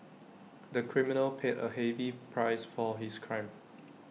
the criminal paid A heavy price for his crime